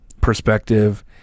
perspective